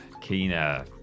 Keener